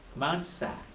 mansa,